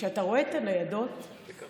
ואתה נוסע ורואה את הניידות בדרך,